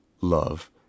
love